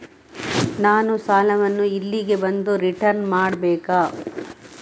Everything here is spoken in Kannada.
ನಾನು ಸಾಲವನ್ನು ಇಲ್ಲಿಗೆ ಬಂದು ರಿಟರ್ನ್ ಮಾಡ್ಬೇಕಾ?